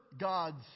God's